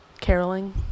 Caroling